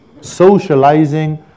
Socializing